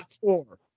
four